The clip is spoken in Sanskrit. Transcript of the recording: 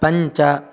पञ्च